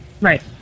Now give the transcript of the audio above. right